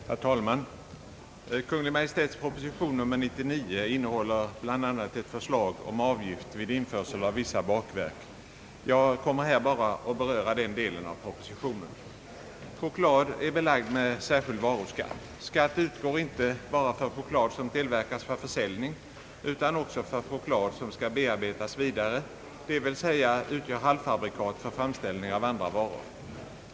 Herr talman! Kungl. Maj:ts proposition nr 99 innehåller bl.a. ett förslag om avgift vid införsel av vissa bakverk. Jag kommer endast att beröra den delen av propositionen. Choklad är belagd med särskild varuskatt. Skatt utgår inte bara för choklad som tillverkas för försäljning utan också för choklad som skall bearbetas vidare, d.v.s. som utgör halvfabrikat för framställning av andra varor.